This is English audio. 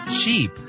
cheap